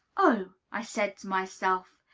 oh, i said to myself,